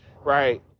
right